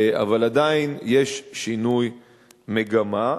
אבל עדיין יש שינוי מגמה,